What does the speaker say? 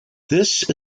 this